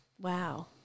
Wow